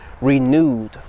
renewed